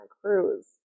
cruise